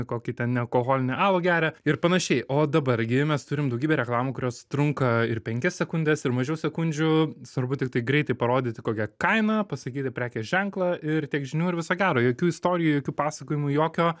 kokį ten nealkoholinį alų geria ir panašiai o dabar gi mes turim daugybę reklamų kurios trunka ir penkias sekundes ir mažiau sekundžių svarbu tik tai greitai parodyti kokia kaina pasakyti prekės ženklą ir tiek žinių ir viso gero jokių istorijų jokių pasakojimų jokio